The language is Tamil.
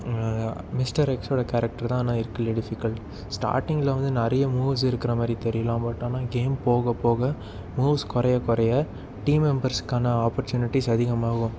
மிஸ்டர் எக்ஸோடய கேரக்டர் தான் ஆனால் இருக்கிறதுலே டிஃபிகல்ட் ஸ்டார்டிங்கில் வந்து நிறைய மூவ்ஸ் இருக்கிற மாதிரி தெரியலாம் பட் ஆனால் கேம் போக போக மூவ்ஸ் குறைய குறைய டீம் மெம்பர்சுக்கான ஆப்பர்ச்சுனிட்டிஸ் அதிகமாகும்